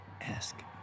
Ask